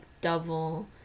double